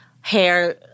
hair